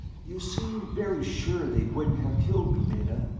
you seem very sure they wouldn't have killed me, meta,